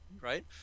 Right